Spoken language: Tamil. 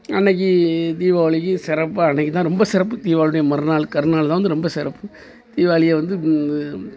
அன்னைக்கு தீபாவளிக்கு சிறப்பாக அன்னைக்கு தான் ரொம்ப சிறப்பு தீபாவளியுடைய மறுநாள் கருநாள் தான் வந்து ரொம்ப சிறப்பு தீபாவளியை வந்து